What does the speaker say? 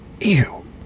Ew